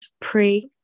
pray